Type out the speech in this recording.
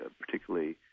particularly